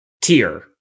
tier